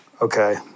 okay